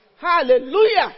Hallelujah